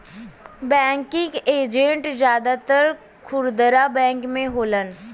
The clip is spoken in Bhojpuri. बैंकिंग एजेंट जादातर खुदरा बैंक में होलन